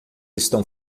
estão